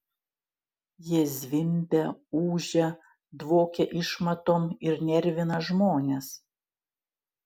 jie zvimbia ūžia dvokia išmatom ir nervina žmones